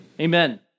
Amen